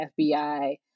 FBI